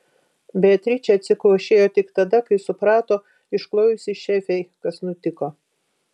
beatričė atsikvošėjo tik tada kai suprato išklojusi šefei kas nutiko